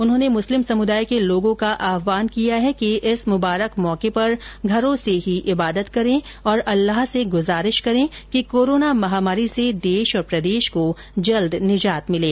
उन्होंने मुस्लिम समुदाय के लोगों का आहवान किया है कि इस मुबारक मौके पर घरों से ही इबादत करें और अल्लाह से गुजारिश करें कि कोराना महामारी से देश और प्रदेश को जल्द निजात मिले